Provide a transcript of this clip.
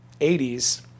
80s